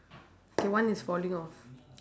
okay one is falling off